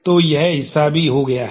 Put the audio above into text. तो यह हिस्सा भी हो गया है